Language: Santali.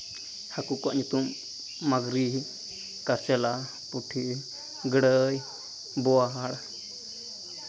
ᱦᱟᱹᱠᱩ ᱠᱚᱣᱟᱜ ᱧᱩᱛᱩᱢ ᱢᱟᱹᱜᱽᱨᱤ ᱠᱟᱨᱥᱮᱞᱟ ᱯᱩᱴᱷᱤ ᱜᱟᱹᱲᱟᱹᱭ ᱵᱳᱣᱟᱲ